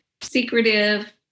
secretive